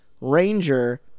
Ranger